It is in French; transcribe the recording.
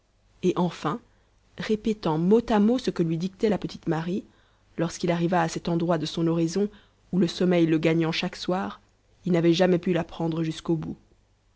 et enfin répétant mot à mot ce que lui dictait la petite marie lorsqu'il arriva à cet endroit de son oraison où le sommeil le gagnant chaque soir il n'avait jamais pu l'apprendre jusqu'au bout